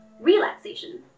relaxation